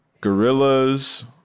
Gorillas